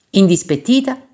indispettita